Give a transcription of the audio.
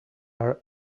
are